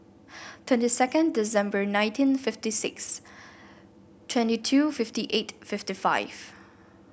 twenty second December nineteen fifty six twenty two fifty eight fifty five